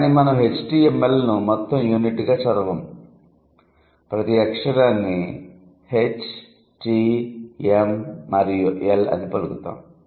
కానీ మనం HTML ను మొత్తం యూనిట్గా చదవము ప్రతి అక్షరాన్ని H T M మరియు L అని పలుకుతాము